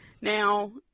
now